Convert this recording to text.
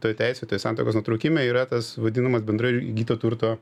toj teisėtoj santuokos nutraukime yra tas vadinamas bendrai įgyto turto